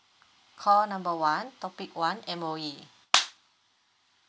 call number one topic one M_O_E